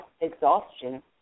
exhaustion